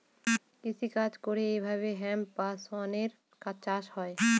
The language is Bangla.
কৃষি কাজ করে এইভাবে হেম্প বা শনের চাষ হয়